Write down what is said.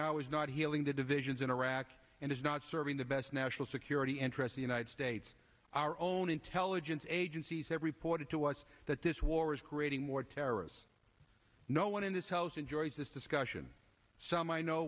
now is not healing the divisions in iraq and is not serving the best national security interest the united states our own intelligence agencies have reported to us that this war is creating more terrorists no one in this house enjoys this discussion so